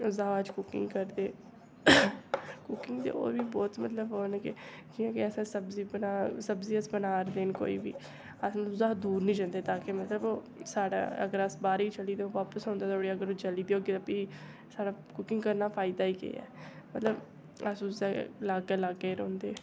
उसदा बाद च कुकिंग करदे क्योंकि होर बी बोह्त मतलब ओह् न कि जियां कि अस सब्ज़ी बनान सब्ज़ी अस बना'रदे न कोई बी अस उसदा दूर नी जंदे ताकि मतलब ओह् साढ़ै अगर अस बाह्रै चली ते बापस औंदे धोड़ी अगर ओह् जली दी होगी फ्ही साढ़ा कुकिंग करना फायदा ई केह् ऐ मतलब अस उसदे लागै लागै ही रौंह्दे